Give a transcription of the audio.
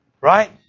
Right